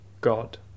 God